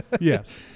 Yes